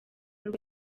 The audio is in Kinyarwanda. rwe